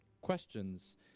questions